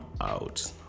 out